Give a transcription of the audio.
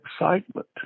excitement